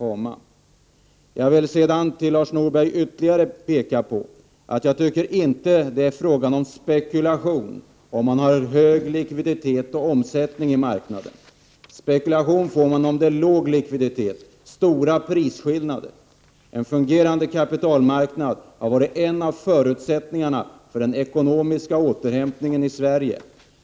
Till Lars Norberg vill jag ytterligare säga att det inte är fråga on spekulation när man har hög likviditet och omsättning på marknaden. Det ä när man har låg likviditet och stora prisskillnader som det blir spekulation En fungerande kapitalmarknad har varit en av förutsättningarna för de ekonomiska återhämtningen i Sverige.